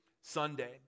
Sunday